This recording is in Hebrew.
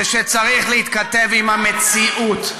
זה שצריך להתכתב עם המציאות,